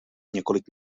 několik